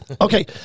Okay